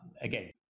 Again